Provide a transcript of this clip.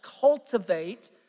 cultivate